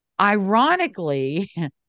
Ironically